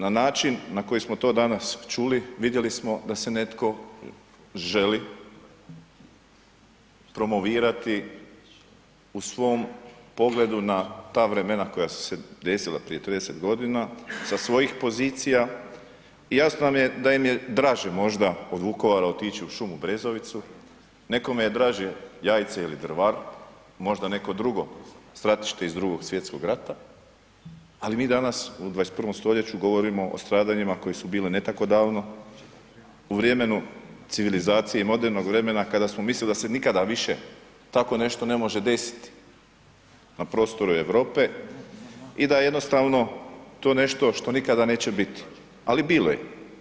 Na način na koji smo to danas čuli, vidjeli smo da se netko želi promovirati u svom pogledu na ta vremena koja su se desila prije 30.g. sa svojih pozicija i jasno nam je da im je draže možda od Vukovara otići u šumu Brezovicu, nekome je draže Jajce ili Drvar, možda neko drugo stratište iz Drugog svjetskog rata, ali mi danas u 21. stoljeću govorimo o stradanjima koja su bila ne tako davno, u vremenu civilizacije i modernog vremena kada smo mislili da se nikada više tako nešto ne može desiti na prostoru Europe i da jednostavno to nešto što nikada neće biti, ali bilo je.